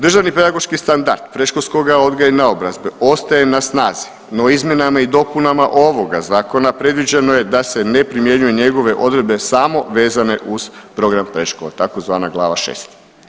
Državni pedagoški standard predškolskog odgoja i naobrazbe ostaje na snazi, no izmjenama i dopunama ovoga zakona predviđeno je da se ne primjenjuju njegove odredbe samo vezane uz program predškole, tzv. glava šest.